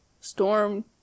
storm